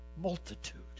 multitude